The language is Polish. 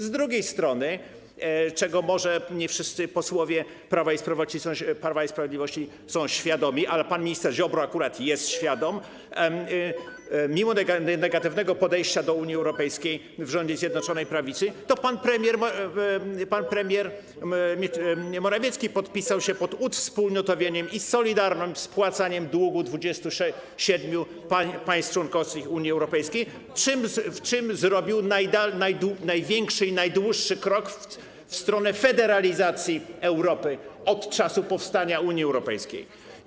Z drugiej strony, czego może nie wszyscy posłowie Prawa i Sprawiedliwości są świadomi, ale pan minister Ziobro akurat jest świadom, mimo negatywnego podejścia do Unii Europejskiej w rządzie Zjednoczonej Prawicy pan premier Morawiecki podpisał się pod uwspólnotowieniem i solidarnym spłacaniem długu 27 państw członkowskich Unii Europejskiej, czym zrobił największy i najdłuższy krok w stronę federalizacji Europy od czasu powstania Unii Europejskiej.